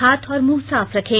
हाथ और मुंह साफ रखें